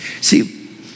See